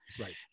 Right